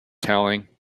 telling